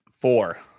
Four